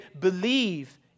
believe